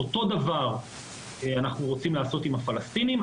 אותו דבר אנחנו רוצים לעשות עם הפלסטינים.